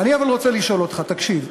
אבל אני רוצה לשאול אותך: תקשיב,